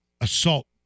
assault